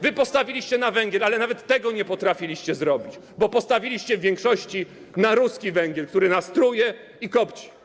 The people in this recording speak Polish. Wy postawiliście na węgiel, ale nawet tego nie potrafiliście zrobić, bo postawiliście w większości na ruski węgiel, który nas truje i kopci.